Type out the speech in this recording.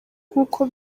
nkuko